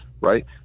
right